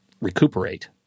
recuperate